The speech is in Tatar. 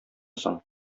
соң